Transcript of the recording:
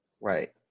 Right